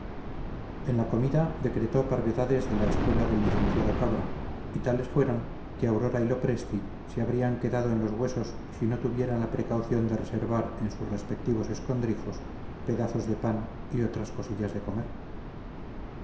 en la comida decretó parvedades de la escuela del licenciado cabra y tales fueron que aurora y lopresti se habrían quedado en los huesos si no tuvieran la precaución de reservar en sus respectivos escondrijos pedazos de pan y otras cosillas de comer